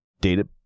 data